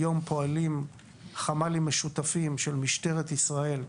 היום פועלים חמ"לים משותפים של משטרת ישראל וצה"ל,